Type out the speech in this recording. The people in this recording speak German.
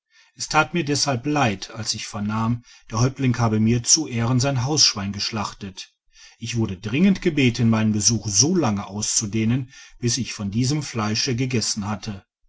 es that mir deshalb leid als ich vernahm der häuptling habe mir zu ehren sein hausschwein geschlachtet ich wurde dringend gebeten meinen besuch so lange auszudehnen bis ich von diesem fleische gegessen hätte